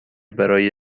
برای